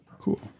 Cool